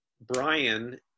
Brian